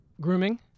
grooming